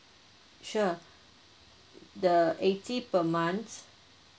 sure the eighty per month